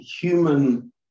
human